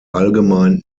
allgemein